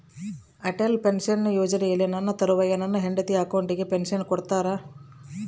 Atal pension ಯೋಜನೆಯಲ್ಲಿ ನನ್ನ ತರುವಾಯ ನನ್ನ ಹೆಂಡತಿ ಅಕೌಂಟಿಗೆ ಪೆನ್ಶನ್ ಕೊಡ್ತೇರಾ?